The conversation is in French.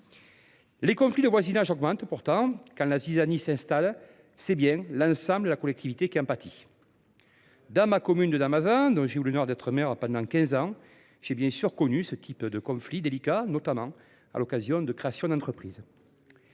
les conflits de voisinage augmentent et, quand la zizanie s’installe, l’ensemble de la collectivité en pâtit. Dans ma commune de Damazan, dont j’ai eu l’honneur d’être le maire pendant quinze ans, j’ai bien sûr connu ce type de conflits délicats, notamment lors de la création d’entreprises.